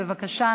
בבקשה.